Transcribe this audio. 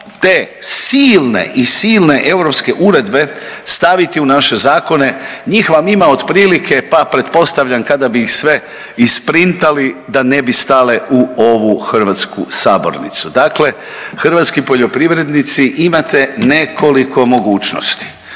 te silne i silne europske uredbe staviti u naše zakone. Njih vam ima otprilike, pa pretpostavljam kada bi ih sve isprintali da ne bi stale u ovu hrvatsku sabornicu. Dakle, hrvatski poljoprivrednici imate nekoliko mogućnosti